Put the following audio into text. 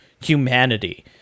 humanity